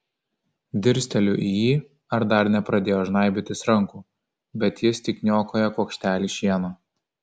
dirsteliu į jį ar dar nepradėjo žnaibytis rankų bet jis tik niokoja kuokštelį šieno